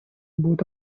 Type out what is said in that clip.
будет